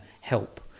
help